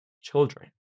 children